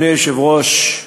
אדוני היושב-ראש,